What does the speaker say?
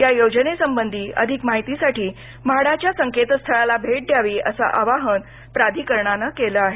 या योजनेसंबंधी अधिक माहितीसाठी म्हाडाच्या संकेतस्थळाला भेट द्यावी असं आवाहन प्राधिकरणानं केलं आहे